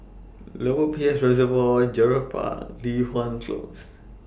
Lower Peirce Reservoir Gerald Park Li Hwan Close